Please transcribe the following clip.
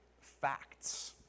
facts